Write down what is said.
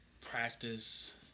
practice